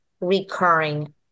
recurring